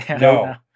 No